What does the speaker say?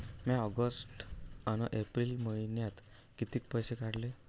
म्या ऑगस्ट अस एप्रिल मइन्यात कितीक पैसे काढले?